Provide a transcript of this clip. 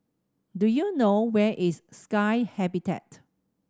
do you know where is Sky Habitat